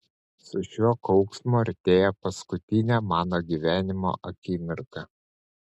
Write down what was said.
su šiuo kauksmu artėja paskutinė mano gyvenimo akimirka